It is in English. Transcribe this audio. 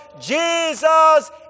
Jesus